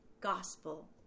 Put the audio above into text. gospel